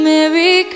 Merry